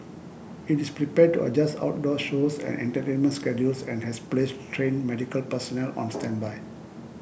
it is prepared to adjust outdoor shows and entertainment schedules and has placed trained medical personnel on standby